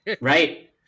right